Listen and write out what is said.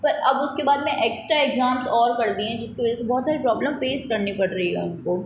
पर अब उसके बाद में एक्स्ट्रा एग्ज़ाम्स और बढ़ गईं हैं जिसकी वजह से बहुत सारी प्रॉब्लम फ़ेस करनी पड़ रही है उनको